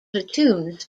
platoons